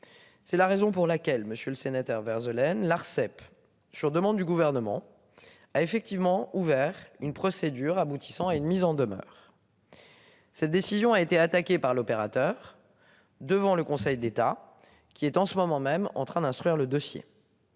C'est la raison pour laquelle, Monsieur le Sénateur Vert Eulen l'Arcep sur demande du gouvernement a effectivement ouvert une procédure aboutissant à une mise en demeure. Cette décision a été attaqué par l'opérateur. Devant le Conseil d'État qui est en ce moment même en train d'instruire le dossier.